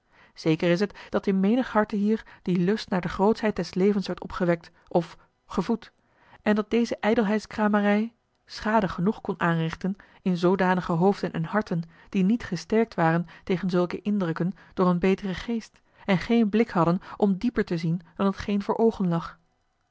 zeker is het dat in menig harte hier dien lust naar de grootschheid des levens werd opgewekt of gevoed en dat deze ijdelheidskramerij vanity fair schade genoeg kon aanrichten in zoodanige hoofden en harten die niet gesterkt waren tegen zulke indrukken door een beteren geest en geen blik hadden om dieper te zien dan t geen voor oogen lag